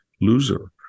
loser